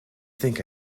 think